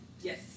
Yes